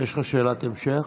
יש לך שאלת המשך?